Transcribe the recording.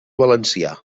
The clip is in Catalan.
valencià